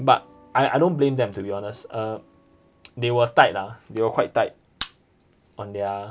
but I I don't blame them to be honest uh they were tight lah they were quite tight on their